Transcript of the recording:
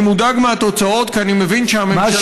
אני מודאג מהתוצאות כי אני מבין שהממשלה,